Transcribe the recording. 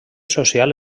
social